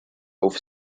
auf